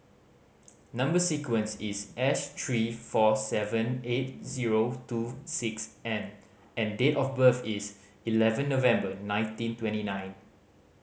number sequence is S three four seven eight zero two six N and date of birth is eleven November nineteen twenty nine